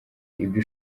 ibyo